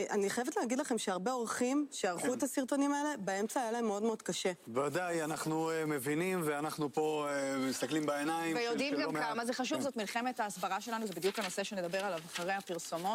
אני חייבת להגיד לכם שהרבה עורכים שערכו את הסרטונים האלה, באמצע היה להם מאוד מאוד קשה. בוודאי, אנחנו מבינים, ואנחנו פה מסתכלים בעיניים של לא מעט... ויודעים גם כמה זה חשוב, זאת מלחמת ההסברה שלנו, זה בדיוק הנושא שנדבר עליו אחרי הפרסומות.